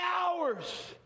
hours